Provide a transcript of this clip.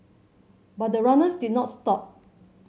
but the runners did not stop